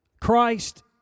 Christ